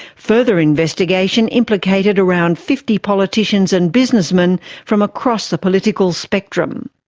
further investigation implicated around fifty politicians and businessmen from across the political spectrum.